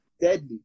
deadly